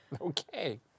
okay